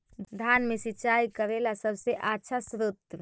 धान मे सिंचाई करे ला सबसे आछा स्त्रोत्र?